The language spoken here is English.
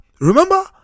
Remember